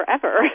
forever